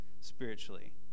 spiritually